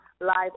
live